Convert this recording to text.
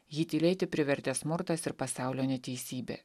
jį tylėti privertė smurtas ir pasaulio neteisybė